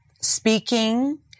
speaking